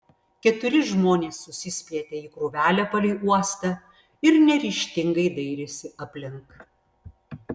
keturi žmonės susispietė į krūvelę palei uostą ir neryžtingai dairėsi aplink